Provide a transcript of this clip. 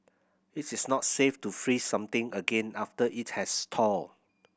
its is not safe to freeze something again after it has thawed